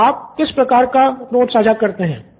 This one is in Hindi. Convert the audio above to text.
तो आप किस प्रकार का नोट्स साझा करते हैं